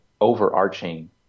overarching